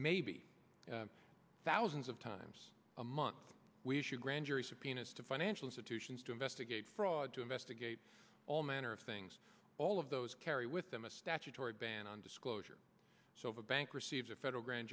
maybe thousands of times a month we should grand jury subpoenas to financial institutions to investigate fraud to investigate all manner of things all of those carry with them a statutory ban on disclosure so if a bank receives a federal grand